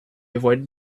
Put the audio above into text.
avoided